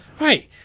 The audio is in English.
right